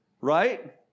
right